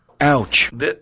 Ouch